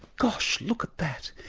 gosh, look at that,